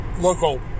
local